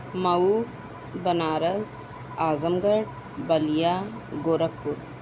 Mau Banaras Azamgarh Ballia Gorakhpur